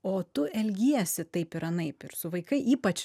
o tu elgiesi taip ir anaip ir su vaikai ypač